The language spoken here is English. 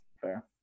fair